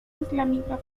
islámica